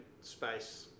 space